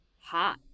hot